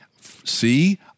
See